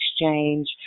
exchange